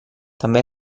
també